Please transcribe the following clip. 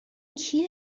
کیه